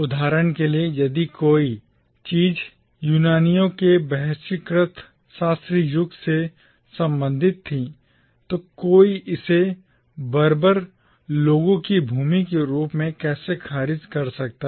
उदाहरण के लिए यदि कोई चीज यूनानियों के बहिष्कृत शास्त्रीय युग से संबंधित थी तो कोई इसे बर्बर लोगों की भूमि के रूप में कैसे खारिज कर सकता है